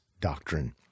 doctrine